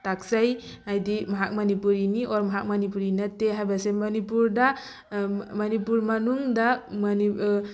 ꯇꯥꯛꯆꯩ ꯍꯥꯏꯗꯤ ꯃꯍꯥꯛ ꯃꯅꯤꯄꯨꯔꯤꯅꯤ ꯑꯣꯔ ꯃꯍꯥꯛ ꯃꯅꯤꯄꯨꯔꯤ ꯅꯠꯇꯦ ꯍꯥꯏꯕꯁꯦ ꯃꯅꯤꯄꯨꯔꯗ ꯃꯅꯤꯄꯨꯔ ꯃꯅꯨꯡꯗ